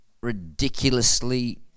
ridiculously